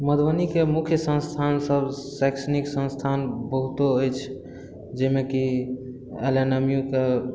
मधुबनीके मुख्य सन्स्थान सभ शैक्षणिक सन्स्थान बहुतो अछि जाहिमे कि एल एन एम यू कऽ